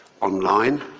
online